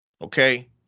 okay